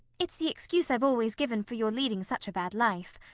it's the excuse i've always given for your leading such a bad life.